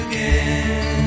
Again